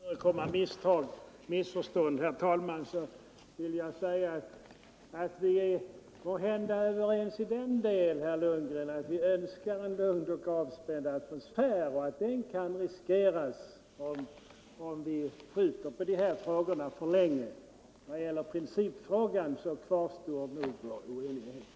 " Herr talman! För att förebygga ett missförstånd vill jag säga att herr Lundgren och jag måhända är överens så till vida att vi önskar en lugn och avspänd atmosfär och anser att den kan riskeras om vi skjuter upp de här frågorna för länge. När det gäller principfrågan kvarstår nog tyvärr vår oenighet.